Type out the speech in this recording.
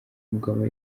mugabo